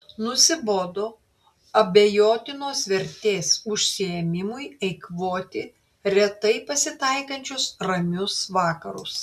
nusibodo abejotinos vertės užsiėmimui eikvoti retai pasitaikančius ramius vakarus